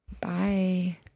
Bye